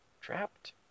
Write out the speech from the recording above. Trapped